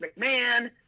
McMahon